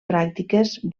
pràctiques